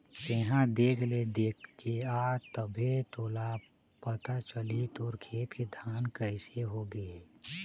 तेंहा देख ले देखके आ तभे तोला पता चलही तोर खेत के धान कइसे हो गे हे